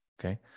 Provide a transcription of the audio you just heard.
okay